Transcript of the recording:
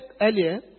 earlier